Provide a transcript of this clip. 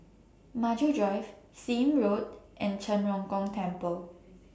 Maju Drive Seah Im Road and Zhen Ren Gong Temple